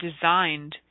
designed